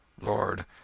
Lord